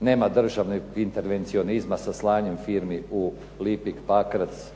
Nema državnog intervencionizma sa slanjem firmi u Lipik, Pakrac.